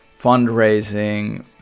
fundraising